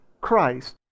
Christ